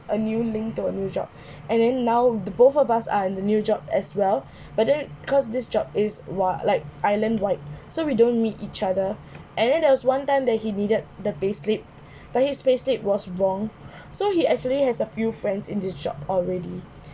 a new linked to a new job and then now the both of us are in the new job as well but then because this job is !wah! like island wide so we don't meet each other and then there was one time that he needed the payslip but his payslip was wrong so he actually has a few friends in this job already